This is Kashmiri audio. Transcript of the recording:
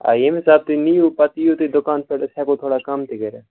آ ییٚمہِ حساب تُہۍ نِیِو پتہٕ یِیِو تُہۍ دُکانَس پٮ۪ٹھ أسۍ ہٮ۪کو تھوڑا کَم تہِ کٔرِتھ